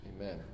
Amen